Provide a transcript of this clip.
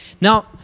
Now